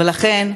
ולכן,